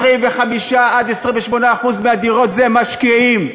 25% 28% מהדירות הם למשקיעים.